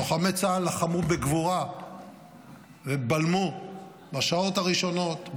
לוחמי צה"ל לחמו בגבורה ובלמו בשעות הראשונות,